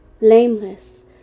blameless